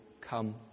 come